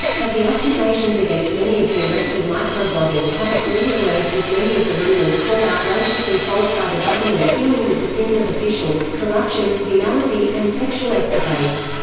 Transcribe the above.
but the accusations against many of the arrested microbloggers have a political edge with many of the rumors called outrageously false by the government dealing with the sins of officials corruption, venality, and sexual escapades.